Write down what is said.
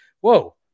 whoa